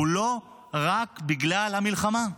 הוא לא רק בגלל המלחמה.